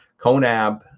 CONAB